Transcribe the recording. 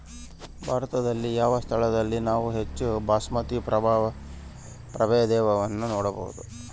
ಭಾರತದಲ್ಲಿ ಯಾವ ಸ್ಥಳದಲ್ಲಿ ನಾವು ಹೆಚ್ಚು ಬಾಸ್ಮತಿ ಪ್ರಭೇದವನ್ನು ನೋಡಬಹುದು?